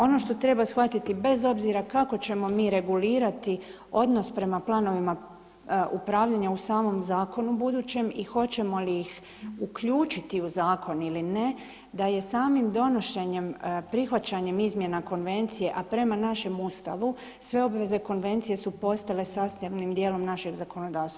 Ono što treba shvatiti bez obzira kako ćemo mi regulirati odnos prema planovima upravljanja u samom zakonu budućem i hoćemo li ih uključiti u zakon ili ne da je samim donošenjem, prihvaćanjem izmjena konvencije a prema našem Ustavu sve obveze konvencije su postale sastavnim dijelom našeg zakonodavstva.